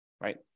Right